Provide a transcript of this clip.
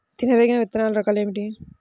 తినదగిన విత్తనాల రకాలు ఏమిటి?